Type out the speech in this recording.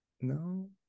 No